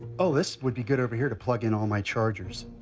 oh, this would be good over here to plug in all my chargers.